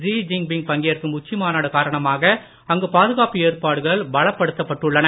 G Jinping பங்கேற்கும் உச்சி மாநாடு காரணமாக அங்கு பாதுகாப்பு ஏற்பாடுகள் பலப்படுத்தப்பட்டுள்ளன